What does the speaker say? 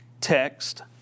text